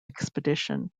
expedition